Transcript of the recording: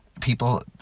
people